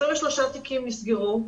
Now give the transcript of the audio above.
23 תיקים נסגרו,